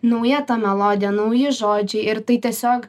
nauja ta melodija nauji žodžiai ir tai tiesiog